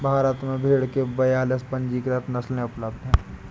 भारत में भेड़ की बयालीस पंजीकृत नस्लें उपलब्ध हैं